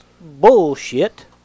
bullshit